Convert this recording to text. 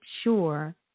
sure